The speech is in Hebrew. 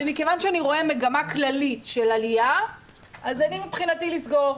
ומכיוון שאני רואה מגמה כללית של עלייה אז מבחינתי לסגור.